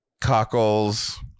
Cockles